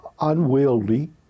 unwieldy